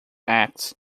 acts